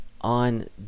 on